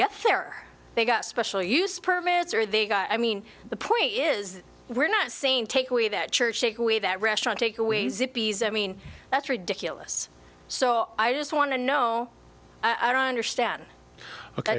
get there they've got special use permits are they got i mean the point is we're not saying take away that church take away that restaurant take away zippy's i mean that's ridiculous so i just want to know i don't understand